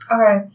Okay